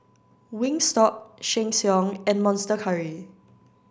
Wingstop Sheng Siong and Monster Curry